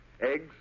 Eggs